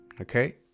okay